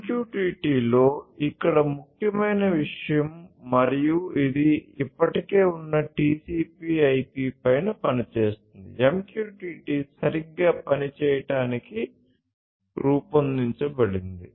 MQTT లో ఇది ఇక్కడ ముఖ్యమైన విషయం మరియు ఇది ఇప్పటికే ఉన్న TCP IP పైన పనిచేస్తుంది MQTT సరిగ్గా పని చేయడానికి రూపొందించబడింది